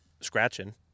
scratching